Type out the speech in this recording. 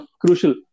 crucial